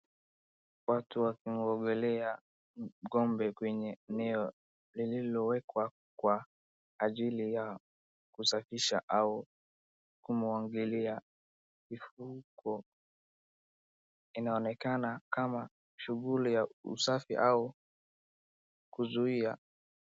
Watu wakiogelea ng'ombe kwenye eneo iliowekwa kwa ajili ya kusafisha au kumwagilia mifugo. Inaoneakana kama shughuli ya usafi ama kuzuia wadudu.